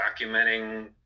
documenting